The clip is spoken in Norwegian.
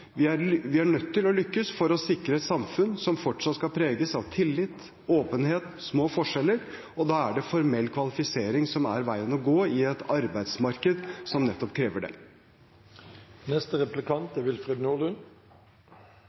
Vi er nødt til å lykkes for å sikre et samfunn som fortsatt skal preges av tillit, åpenhet og små forskjeller, og da er det formell kvalifisering som er veien å gå, i et arbeidsmarked som nettopp krever